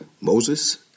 Moses